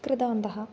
कृतवन्तः